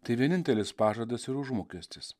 tai vienintelis pažadas ir užmokestis